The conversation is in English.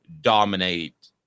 dominate